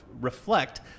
reflect